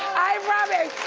i promise.